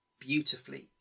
beautifully